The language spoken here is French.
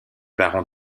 baron